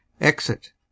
Exit